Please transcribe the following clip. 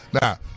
Now